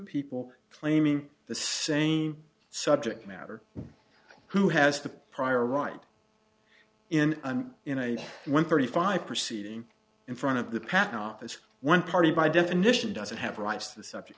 people claiming the same subject matter who has the prior run in i'm in a one thirty five proceeding in front of the patent office one party by definition doesn't have rights the subject